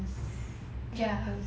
ya 很